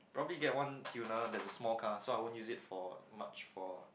probably get one tuner there's a small car so I won't use it for much for